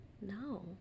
No